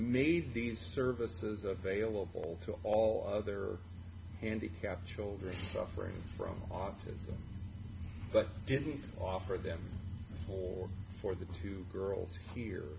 made these services available to all their handicapped children suffering from office but didn't offer them or for the two girls here